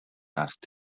asked